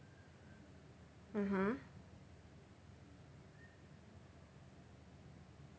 mmhmm